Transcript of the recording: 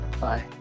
Bye